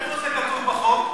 איפה זה כתוב בחוק?